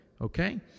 okay